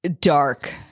dark